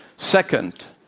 second,